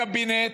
הקבינט,